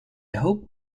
hope